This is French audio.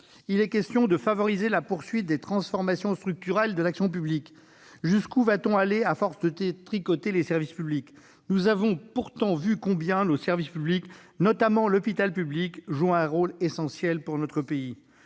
il est question de favoriser la poursuite des transformations structurelles de l'action publique. Jusqu'où va-t-on aller dans le détricotage des services publics ? Nous avons pourtant vu combien nos services publics, notamment l'hôpital public, jouent un rôle essentiel dans notre pays.